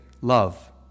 love